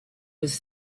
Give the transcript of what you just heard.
was